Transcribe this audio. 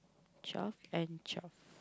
twelve and twelve